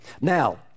Now